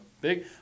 Big